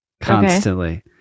constantly